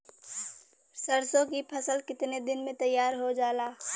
सरसों की फसल कितने दिन में तैयार हो जाला?